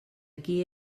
qui